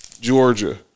Georgia